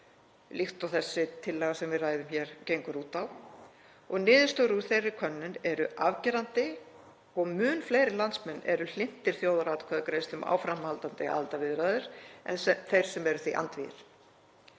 líkt og þessi tillaga sem við ræðum hér gengur út á. Niðurstöður úr þeirri könnun eru afgerandi og mun fleiri landsmenn eru hlynntir þjóðaratkvæðagreiðslu um áframhaldandi aðildarviðræður en þeir sem eru því andvígir.